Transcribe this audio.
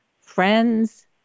friends